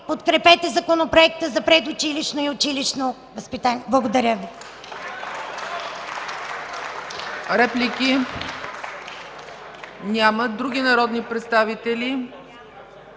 подкрепете Законопроекта за предучилищното и училищното образование. Благодаря Ви.